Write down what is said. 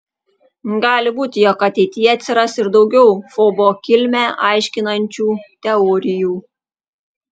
gali būti jog ateityje atsiras ir daugiau fobo kilmę aiškinančių teorijų